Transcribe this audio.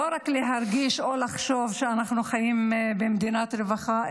רק להרגיש או לחשוב שאנחנו חיים במדינת רווחה,